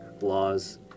laws